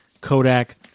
Kodak